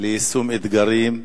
ליישום אתגרים,